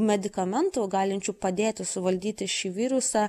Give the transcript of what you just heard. medikamentų galinčių padėti suvaldyti šį virusą